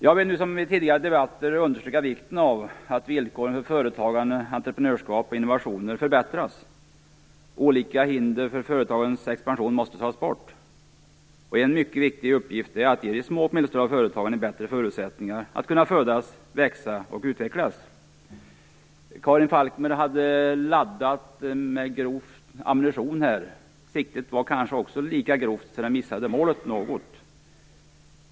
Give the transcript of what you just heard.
Jag vill som i tidigare debatter understryka vikten av att villkoren för företagande, entreprenörskap och innovationer förbättras. Olika hinder för företagens expansion måste tas bort. En mycket viktig uppgift är att ge de små och medelstora företagen bättre förutsättningar att kunna födas, växa och utvecklas. Siktet var kanske lika grovt, för hon missade målet något.